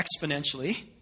exponentially